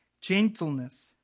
gentleness